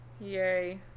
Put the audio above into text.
yay